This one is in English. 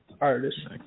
Artist